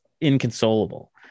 inconsolable